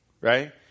right